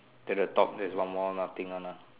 then the top there's one more nothing one ah